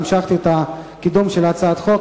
אני המשכתי את קידום הצעת החוק.